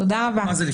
תודה רבה.